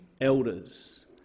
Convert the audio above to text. elders